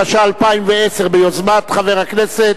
התש"ע 2010, לדיון מוקדם בוועדת הכנסת